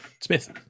Smith